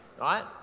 right